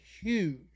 huge